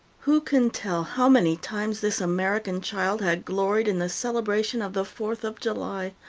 who can tell how many times this american child had gloried in the celebration of the fourth of july,